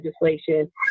legislation